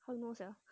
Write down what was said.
how I know sia